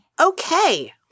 Okay